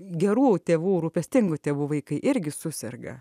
gerų tėvų rūpestingų tėvų vaikai irgi suserga